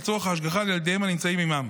לצורך השגחה על ילדיהם הנמצאים עימם.